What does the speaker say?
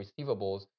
receivables